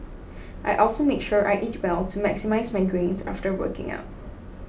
I also make sure I eat well to maximise my gains after working out